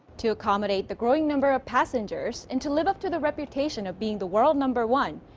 to accommodate the growing number of passengers and to live up to the reputation of being the world number one,